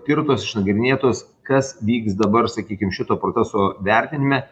tirtos išnagrinėtos kas vyks dabar sakykim šito proceso vertinime